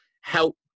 help